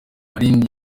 ari